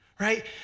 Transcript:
right